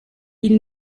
ils